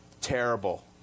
Terrible